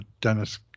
Dennis